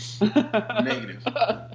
Negative